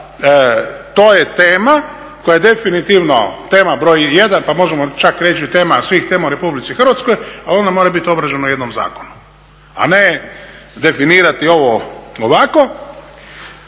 to je tema koja je definitivno tema broj 1. pa možemo čak reći i tema svih tema u Republici Hrvatskoj ali ona mora biti obrađena u jednom zakonu a ne definirati ovo ovako.